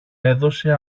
έδωσε